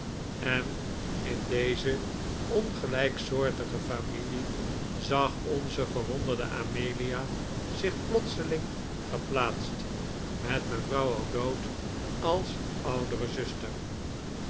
en in deze ongelijksoortige familie zag onze verwonderde amelia zich plotseling geplaatst met mevrouw o'dowd als oudere zuster